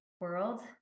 world